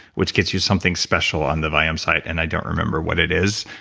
which gets you something special on the viome site and i don't remember what it is,